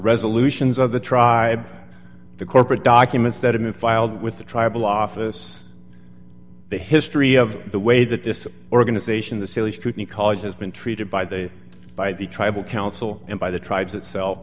resolutions of the tribe the corporate documents that have been filed with the tribal office the history of the way that this organization the silly scrutiny college has been treated by the by the tribal council and by the tribes itself